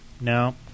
No